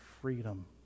freedom